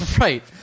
right